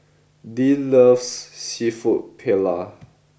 Dean loves Seafood Paella